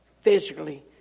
Physically